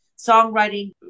songwriting